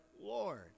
Lord